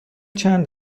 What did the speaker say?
چند